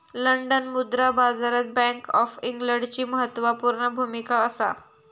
London मुद्रा बाजारात bank of इंग्लंडची म्हत्त्वापूर्ण भुमिका असा